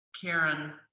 Karen